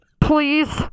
Please